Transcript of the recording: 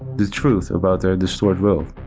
the truth about their destroyed world,